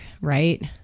right